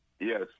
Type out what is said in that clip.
Yes